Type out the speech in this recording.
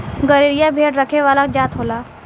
गरेरिया भेड़ रखे वाला जात होला